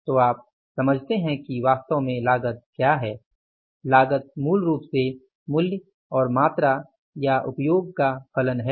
तो आप समझते हैं कि वास्तव में लागत क्या है लागत मूल रूप से मूल्य और मात्रा या उपयोग का फलन है